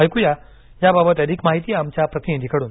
ऐकूया याबाबत अधिक माहिती आमच्या प्रतिनिधीकडून